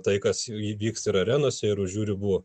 tai kas įvyks ir arenose ir už jų ribų